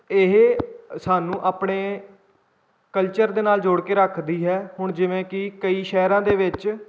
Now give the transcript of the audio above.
ਇਹ ਸਾਨੂੰ ਆਪਣੇ ਕਲਚਰ ਦੇ ਨਾਲ ਜੋੜ ਕੇ ਰੱਖਦੀ ਹੈ ਹੁਣ ਜਿਵੇਂ ਕਿ ਕਈ ਸ਼ਹਿਰਾਂ ਦੇ ਵਿੱਚ